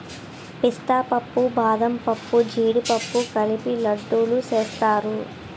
పిస్తా పప్పు బాదంపప్పు జీడిపప్పు కలిపి లడ్డూలు సేస్తారు